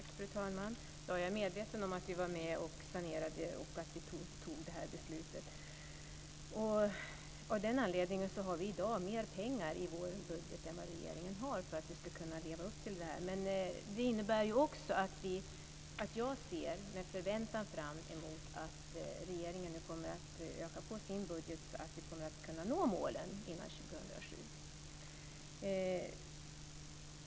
Fru talman! Jag är medveten om att Centern var med och sanerade och fattade det här beslutet. Av den anledningen har vi i Centern i dag mer pengar i vår budget än vad regeringen har för att vi ska kunna leva upp till beslutet. Det innebär också att jag ser med förväntan fram emot att regeringen nu kommer att öka på sin budget så att vi kommer att kunna nå målen innan år 2007.